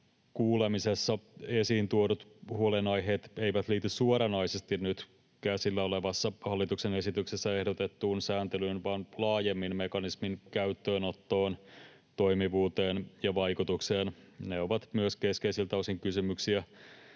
kuulemisessa esiin tuodut huolenaiheet eivät liity suoranaisesti nyt käsillä olevassa hallituksen esityksessä ehdotettuun sääntelyyn, vaan laajemmin mekanismin käyttöönottoon, toimivuuteen ja vaikutuksiin. Ne ovat myös keskeisiltä osin kysymyksiä,